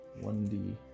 1D